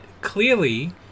clearly